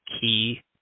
key